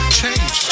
change